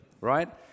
right